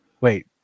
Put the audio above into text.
wait